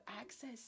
access